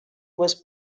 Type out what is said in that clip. was